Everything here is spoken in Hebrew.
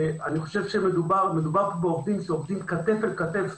אני חושב שמדובר בעובדים שעובדים כתף אל כתף